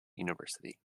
university